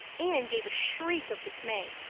anne gave a shriek of dismay.